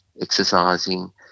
exercising